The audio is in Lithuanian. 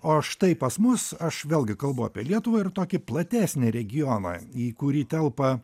o štai pas mus aš vėlgi kalbu apie lietuvą ir tokį platesnį regioną į kurį telpa